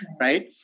Right